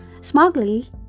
Smugly